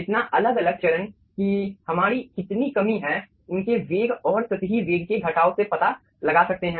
इतना अलग अलग चरण कि हमारी कितनी कमी है उनके वेग और सतही वेग के घटाव से पता लगा सकते हैं